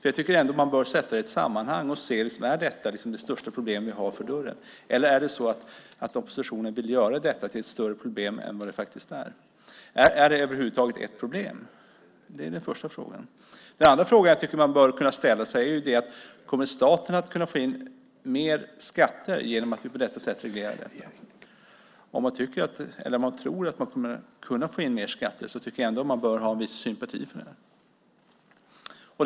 Jag tycker att man bör sätta in detta i ett sammanhang och se om detta är det största problem vi har för dörren. Eller är det så att oppositionen vill göra detta till ett större problem än det faktiskt är? Är det över huvud taget ett problem? Det var den första frågan. Den andra fråga jag tycker att man bör kunna ställa är: Kommer staten att kunna få in mer skatt genom att vi på detta sätt reglerar det här? Om man tror att staten kommer att kunna få in mer skatt tycker jag ändå att man bör känna viss sympati för det här.